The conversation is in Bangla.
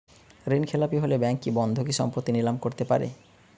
ঋণখেলাপি হলে ব্যাঙ্ক কি বন্ধকি সম্পত্তি নিলাম করতে পারে?